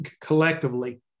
collectively